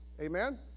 amen